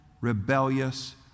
rebellious